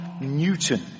newton